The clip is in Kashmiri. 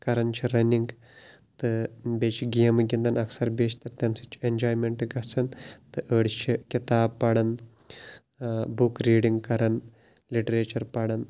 کَران چھِ رَنِنٛگ تہٕ بیٚیہِ چھِ گیٚمہٕ گِنٛدان اَکثَر بیشتَر تَمہِ سٍتۍ چھُ اِینٛجاے مینٹ گَژھان تہٕ أڈۍ چھِ کِتاب پَران بُک ریٖڈِنٛگ کَران لِٹریچَر پَران